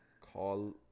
call